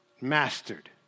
mastered